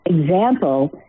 example